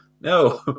no